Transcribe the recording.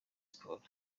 sport